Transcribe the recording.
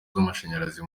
z’amashanyarazi